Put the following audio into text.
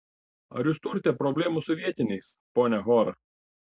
ar jūs turite problemų su vietiniais ponia hor